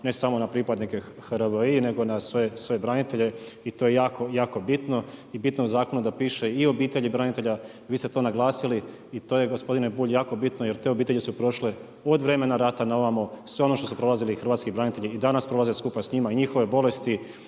ne samo na pripadnike HRVI nego na sve branitelje i to je jako bitno i bitno je u zakonu da piše i o obitelji branitelja, vi ste to naglasili i to je gospodine Bulj, jako bitno jer te obitelji su prošle od vremena rata na ovamo sve ono što su prolazili hrvatski branitelji. I danas prolaze skupa s njima, i njihove bolesti